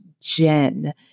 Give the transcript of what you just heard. Jen